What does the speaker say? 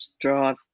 drive